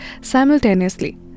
simultaneously